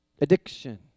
Addiction